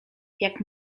jak